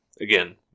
Again